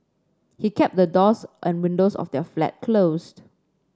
he kept the doors and windows of their flat closed